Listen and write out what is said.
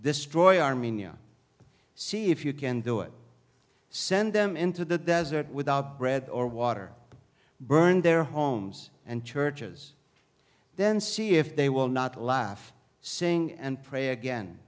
this straw armenia see if you can do it send them into the desert without bread or water to burn their homes and churches then see if they will not laugh sing and pray again